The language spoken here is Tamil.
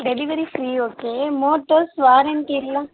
delivery free okay motors warranty எல்லாம்